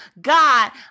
God